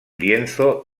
lienzo